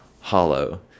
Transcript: hollow